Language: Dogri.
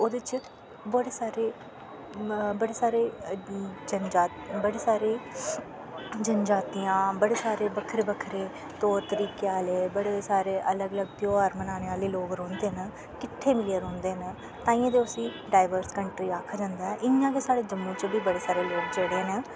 ओह्दे च बड़े सारे बड़े सारे जनजाति बड़े सारे जन जातियां बड़े सारे बक्खरे बक्खरे तौर तरीकेआह्ले बड़े सारे अलग अलग ध्योहार बनाने आह्ले लोग रौंह्दे न किट्ठे होईयै रौंह्दे न ताईयैं ते इस्सी डाईवरस कन्टरी आक्खने होने आं इयां गै साढ़े जम्मू च बी बड़े सारे लोग जेह्ड़े न